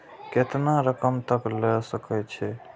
केतना रकम तक ले सके छै?